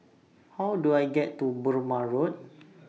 How Do I get to Burmah Road